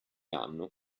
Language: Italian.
hanno